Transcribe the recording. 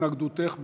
התנגדותך בבקשה.